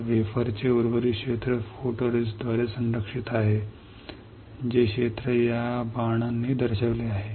तर वेफरचे उर्वरित क्षेत्र आहे या बाणांद्वारे दर्शविलेले क्षेत्र फोटोरिस्टिस्ट द्वारे संरक्षित आहे